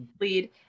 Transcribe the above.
Lead